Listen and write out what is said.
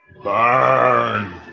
Burn